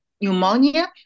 pneumonia